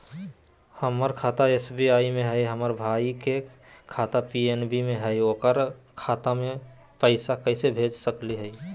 हमर खाता एस.बी.आई में हई, हमर भाई के खाता पी.एन.बी में हई, ओकर खाता में पैसा कैसे भेज सकली हई?